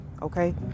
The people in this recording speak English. okay